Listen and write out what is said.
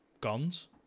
guns